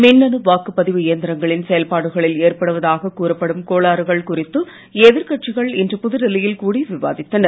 மின்னணு வாக்குப்பதிவு இயந்திரங்களின் செயல்பாடுகளில் ஏற்படுவதாகக் கூறப்படும் கோளாறுகள் குறித்து எதிர்க்கட்சிகள் இன்று புதுடில்லியில் கூடி விவாதித்தனர்